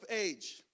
age